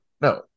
No